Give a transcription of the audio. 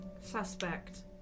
suspect